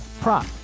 prop